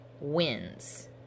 wins